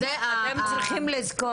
אתן צריכות לזכור,